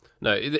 no